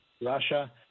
Russia